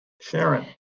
Sharon